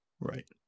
right